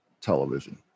television